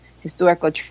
historical